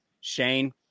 Shane